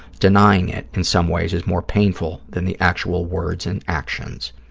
denying it, in some ways, is more painful than the actual words and actions.